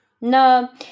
No